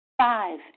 Five